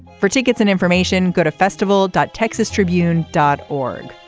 for tickets and information go to festival dot texas tribune dot org.